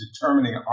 determining